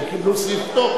כי הם קיבלו פטור,